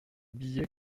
billets